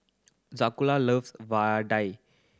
Zakula loves vadai